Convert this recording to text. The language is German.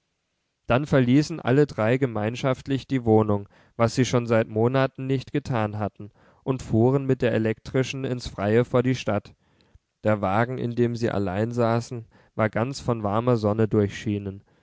dann verließen alle drei gemeinschaftlich die wohnung was sie schon seit monaten nicht getan hatten und fuhren mit der elektrischen ins freie vor die stadt der wagen in dem sie allein saßen war ganz von warmer sonne